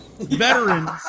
veterans